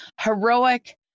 heroic